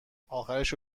آخرشو